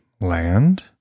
land